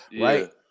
right